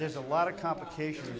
there's a lot of complications